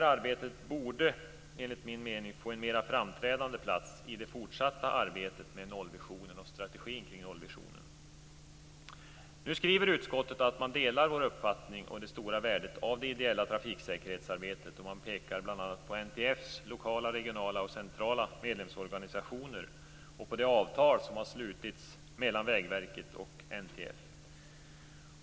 Deras insatser borde enligt min mening få en mer framträdande plats i det fortsatta arbetet med nollvisionen och strategin kring den. Utskottet skriver i betänkandet att man delar vår uppfattning om det stora värdet av det ideella trafiksäkerhetsarbetet, och man pekar bl.a. på NTF:s lokala, regionala och centrala medlemsorganisationer och på det avtal som har slutits mellan Vägverket och NTF.